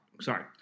sorry